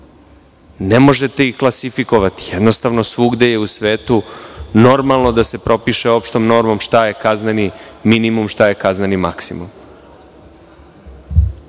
Ne možete ih klasifikovati. Svugde je u svetu normalno da se propiše opštom normom šta je kazneni minimum, šta je kazneni maksimum.